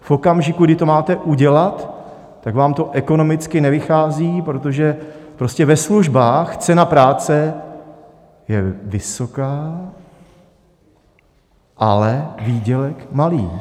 V okamžiku, kdy to máte udělat, tak vám to ekonomicky nevychází, protože prostě ve službách cena práce je vysoká, ale výdělek malý.